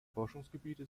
forschungsgebiete